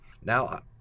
Now